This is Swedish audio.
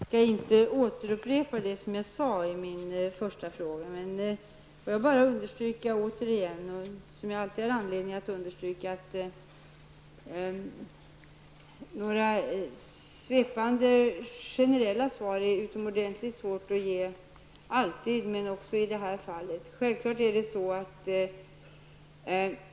Fru talman! Jag skall inte återupprepa vad jag sade i mitt svar. Jag vill bara än en gång understryka vad jag alltid har anledning att understryka, nämligen att det alltid liksom i det här fallet är utomordentligt svårt att ge några svepande, generella svar.